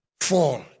fall